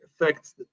affects